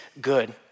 good